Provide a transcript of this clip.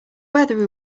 weather